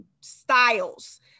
styles